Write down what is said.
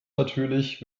natürlich